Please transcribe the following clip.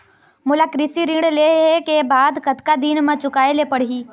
मोला कृषि ऋण लेहे के बाद कतका दिन मा चुकाए ले पड़ही?